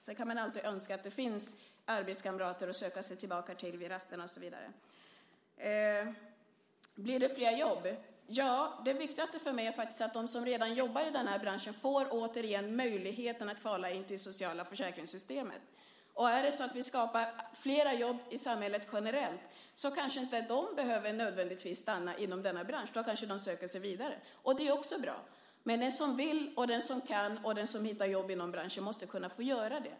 Sedan kan man alltid önska att det finns arbetskamrater att söka sig tillbaka till vid raster och så vidare. Blir det flera jobb? Ja, det viktigaste för mig är faktiskt att de som redan jobbar i den här branschen återigen får möjligheten att kvala in till det sociala försäkringssystemet. Skapar vi flera jobb i samhället generellt kanske de inte nödvändigtvis behöver stanna inom denna bransch. Då kanske de söker sig vidare. Det är också bra. Men den som vill, den som kan och den som hittar jobb inom branschen måste kunna få göra det.